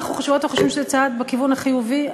אנחנו חושבות וחושבים שזה צעד בכיוון החיובי.